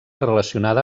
relacionada